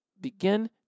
begin